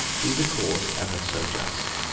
be the cause ever so just.